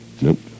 Nope